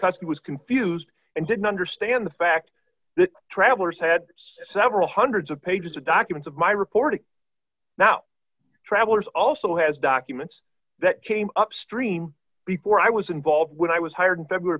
was confused and didn't understand the fact that travelers had several hundreds of pages of documents of my reporting now travelers also has documents that came upstream before i was involved when i was hired february